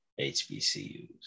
HBCUs